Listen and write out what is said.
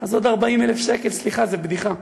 אז עוד 40,000 שקל, סליחה, זה בדיחה,